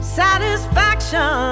satisfaction